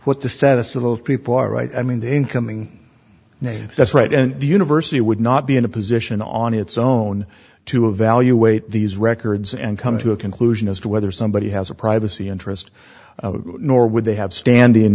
what the status of those people are right i mean the incoming name that's right and the university would not be in a position on its own to evaluate these records and come to a conclusion as to whether somebody has a privacy interest nor would they have standing